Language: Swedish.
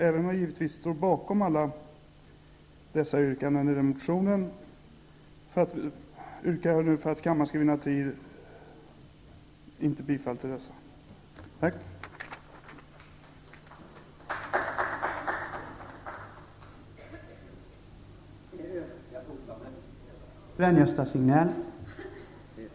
Även om jag står bakom yrkandena i motionen, avstår jag från att yrka bifall till dessa för att kammaren skall vinna tid.